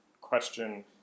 question